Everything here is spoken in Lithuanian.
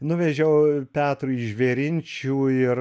nuvežiau petrui į žvėrinčių ir